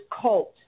cult